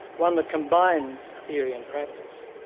one that combines theory and practice.